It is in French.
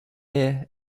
est